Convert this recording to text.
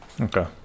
Okay